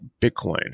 Bitcoin